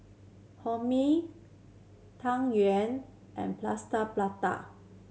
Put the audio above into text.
Hae Mee Tang Yuen and Plaster Prata